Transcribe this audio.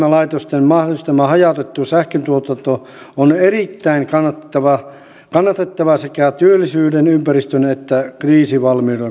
yhdistelmälaitosten mahdollistama hajautettu sähköntuotanto on erittäin kannatettavaa sekä työllisyyden ympäristön että kriisivalmiuden kannalta